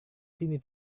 sini